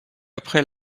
après